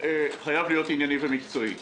בצורה מאוד עניינית, מאוד מקצועית,